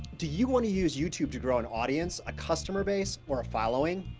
do you want to use youtube to grow an audience, a customer base or a following?